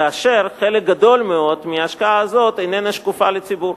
כאשר חלק גדול מאוד מההשקעה הזאת איננה שקופה לציבור.